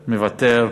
מוותר.